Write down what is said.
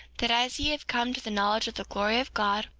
that as ye have come to the knowledge of the glory of god,